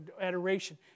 adoration